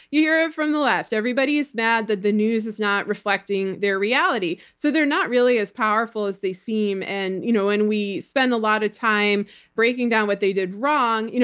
you hear it from the left. everybody is mad that the news is not reflecting their reality. so they're not really as powerful as they seem, and you know and we spend a lot of time breaking down what they did wrong. you know